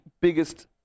biggest